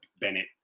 Bennett